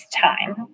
time